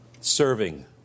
serving